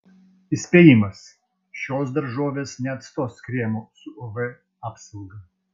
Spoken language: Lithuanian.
įspėjimas šios daržovės neatstos kremo su uv apsauga